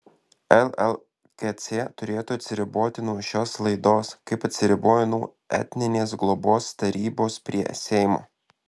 llkc turėtų atsiriboti nuo šios laidos kaip atsiribojo nuo etninės globos tarybos prie seimo